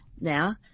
now